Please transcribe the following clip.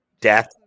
death